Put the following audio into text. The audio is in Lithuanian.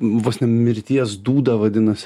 vos ne mirties dūda vadinasi